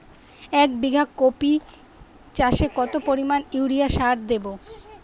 এক বিঘা কপি চাষে কত পরিমাণ ইউরিয়া সার দেবো?